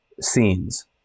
scenes